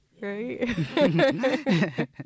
Right